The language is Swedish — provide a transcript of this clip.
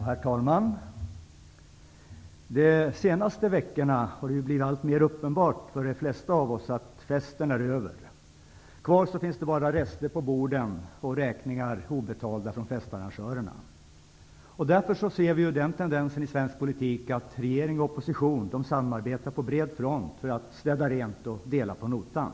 Herr talman! De senaste veckorna har det blivit alltmer uppenbart för de flesta av oss att festen är över. Kvar på borden finns bara rester och obetalda räkningar från festarrangörerna. Därför ser vi en tendens i svensk politik till att regering och opposition samarbetar på bred front för att städa rent och dela på notan.